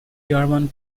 german